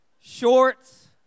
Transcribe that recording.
shorts